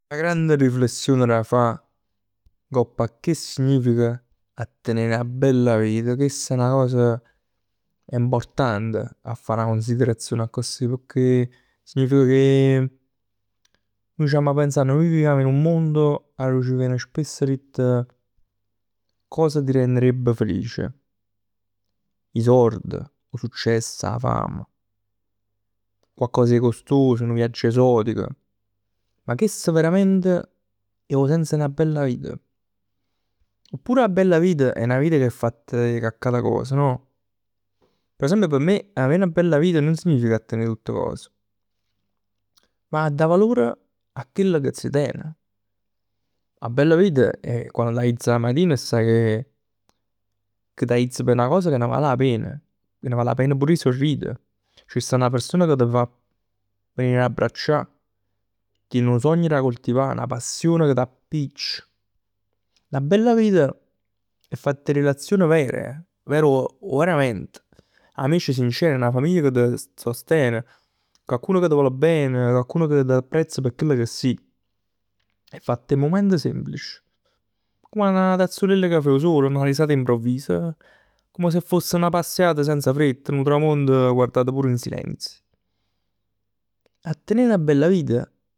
'Na grande riflessione da fa ngopp a che significa a tenè 'na bella vita. Chest è 'na cosa important a fa 'na considerazione accussì, pecchè significa che nuje c'amma pensa che vivimm dint 'a un mondo arò ci viene spess ditt cosa ti renderebbe felice. 'E sord, 'o success, 'a fame. Coccos 'e costos, nu viaggio esotico. Ma chest verament è 'o sens 'e 'na bella vita? Oppure 'a bella vita è 'na vita che è fatta 'e cocch'ata cosa no? Per esempio p' me avè 'na bella vita nun significa a tenè tutt cos. Ma a dà valor a chell ca s' ten. 'A bella vita è quann t'aiz 'a matin e saje che che t'aiz p' 'na cos che ne vale 'a pena. Che ne vale 'a pena pur 'e sorrid. C' sta 'na persona che t' fa abbraccià, tien nu sogn da coltivà, 'na passion che t'appiccia. 'Na bella vita è fatta 'e relazioni over, ver- verament. Amici sinceri, 'na famiglia ca ti sosten, cocchun ca t' vo' ben, cocchun ca t'apprezz p' chell ca si. È fatt 'e mument semplici comm 'na tazzulell 'e cafè 'o sole, 'na risata improvvisa. Come se foss 'na passiat senza frett, nu sol 'o tramont guardato pur in silenzio. 'A tenè 'na bella vita